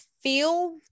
feel